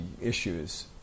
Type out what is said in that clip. issues